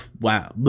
Wow